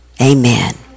Amen